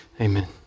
amen